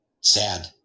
sad